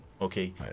okay